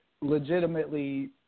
legitimately